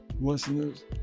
listeners